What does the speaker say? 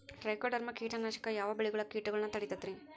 Trichoderma ಕೇಟನಾಶಕ ಯಾವ ಬೆಳಿಗೊಳ ಕೇಟಗೊಳ್ನ ತಡಿತೇತಿರಿ?